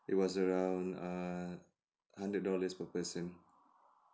it was around err hundred dollars per person